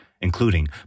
including